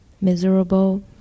Miserable